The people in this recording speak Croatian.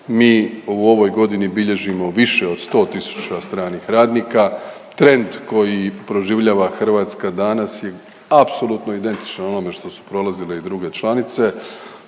Mi u ovoj godini bilježimo više od 100 tisuća stranih radnika. Trend koji proživljava Hrvatska danas je apsolutno identičan onome što su prolazile i druge članice